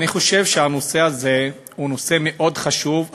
אני חושב שהנושא הזה הוא נושא מאוד חשוב,